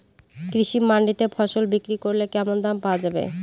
কৃষি মান্ডিতে ফসল বিক্রি করলে কেমন দাম পাওয়া যাবে?